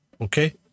okay